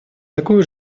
такую